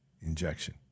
injection